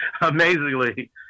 amazingly